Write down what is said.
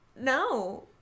no